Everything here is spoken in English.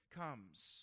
comes